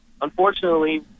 Unfortunately